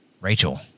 Rachel